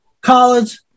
college